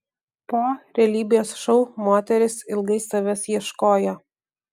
po realybės šou moteris ilgai savęs ieškojo